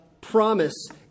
promise